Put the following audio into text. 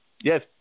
Yes